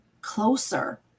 closer